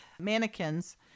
mannequins